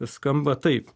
skamba taip